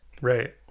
Right